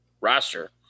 roster